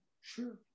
sure